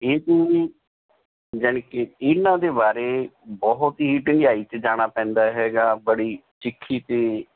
ਇਹ ਜਿਹੜੀ ਜਾਣੀ ਕਿ ਇਹਨਾਂ ਦੇ ਬਾਰੇ ਬਹੁਤ ਹੀ ਡੂੰਘਾਈ 'ਚ ਜਾਣਾ ਪੈਂਦਾ ਹੈਗਾ ਬੜੀ ਸਿੱਖੀ 'ਤੇ